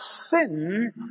sin